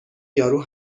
یارو